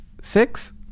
six